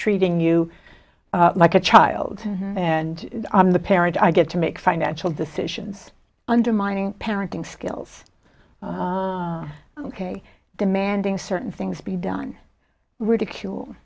treating you like a child and i'm the parent i get to make financial decisions undermining parenting skills ok demanding certain things be done ridicule